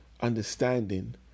understanding